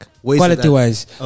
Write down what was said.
Quality-wise